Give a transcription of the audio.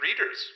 readers